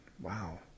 Wow